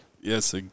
Yes